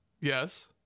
Yes